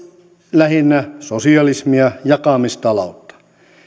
lähinnä sosialismia jakamistaloutta